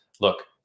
look